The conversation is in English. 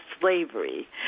slavery